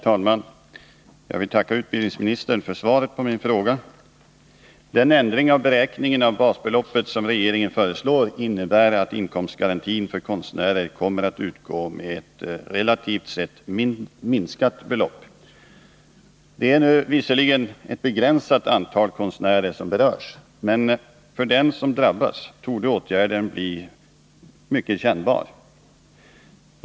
Herr talman! Jag vill tacka utbildningsministern för svaret på min fråga. Den ändring av beräkningen av basbeloppet som regeringen föreslår innebär att inkomstgarantin för konstnärer kommer att utgå med ett relativt sett minskat belopp. Det är visserligen ett begränsat antal konstnärer som berörs, men för dem som drabbas torde åtgärden bli mycket kännbar.